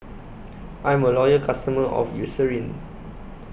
I'm A Loyal customer of Eucerin